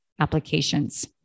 applications